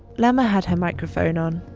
lama had her microphone on